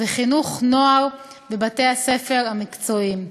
וחינוך נוער בבתי-הספר המקצועיים.